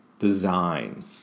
design